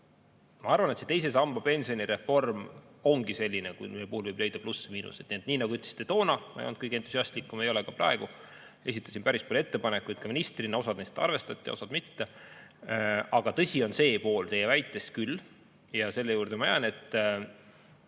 Ma arvan, et see teise samba pensionireform ongi selline, mille puhul võib leida plusse ja miinuseid. Nii nagu ütlesite, toona ma ei olnud kõige entusiastlikum ja ei ole ka praegu. Ma esitasin päris palju ettepanekuid ka ministrina, osa neist arvestati, osa mitte. Aga tõsi on see osa teie väitest küll, ja selle juurde ma jään, et